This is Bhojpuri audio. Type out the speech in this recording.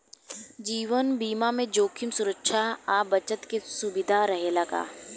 जीवन बीमा में जोखिम सुरक्षा आ बचत के सुविधा रहेला का?